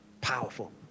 Powerful